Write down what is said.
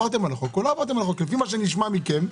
לפי מה שנשמע מכם,